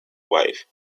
wife